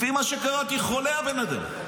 לפי מה שקראתי, חולה הבן אדם.